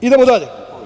Idemo dalje.